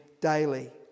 daily